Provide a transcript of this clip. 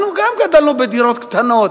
גם אנחנו גדלנו בדירות קטנות,